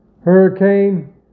hurricane